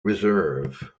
reserve